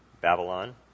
Babylon